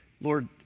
Lord